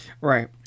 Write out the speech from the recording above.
Right